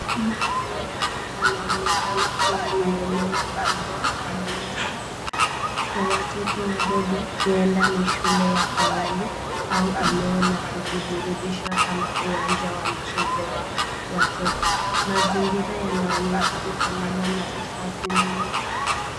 Mahali hapa panaonekana kuwa ni eneo lililoaminika kwa watoto wadogo. Huenda ni shule ya awali au eneo la kujiburudisha kama uwanja wa michezo wa watoto. Mazingiria yanaonyesha usalama na usafi mwingi.